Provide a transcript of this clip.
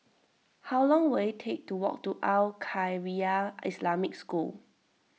how long will it take to walk to Al Khairiah Islamic School